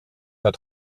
pas